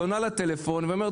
הדברים.